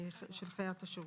חיית השירות.